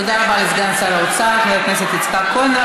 תודה רבה לסגן שר האוצר חבר הכנסת יצחק כהן.